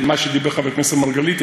מה שדיבר חבר הכנסת מרגלית,